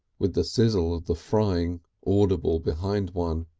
with the sizzle of the frying audible behind one!